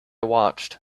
watched